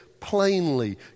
plainly